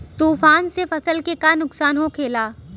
तूफान से फसल के का नुकसान हो खेला?